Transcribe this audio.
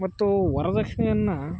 ಮತ್ತು ವರ್ದಕ್ಷಿಣೆಯನ್ನು